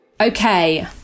Okay